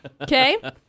Okay